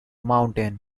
mountain